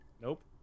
Nope